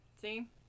See